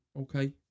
Okay